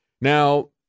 Now